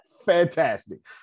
Fantastic